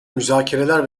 müzakereler